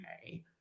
okay